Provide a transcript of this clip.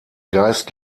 geist